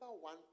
one